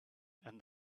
and